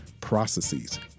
processes